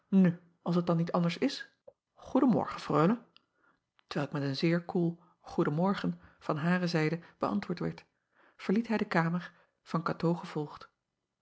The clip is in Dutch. als t dan niet anders is goeden morgen reule t welk met een zeer koel goeden morgen van hare zijde beäntwoord werd verliet hij de kamer van atoo gevolgd